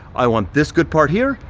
i want this good part here,